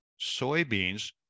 soybeans